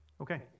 Okay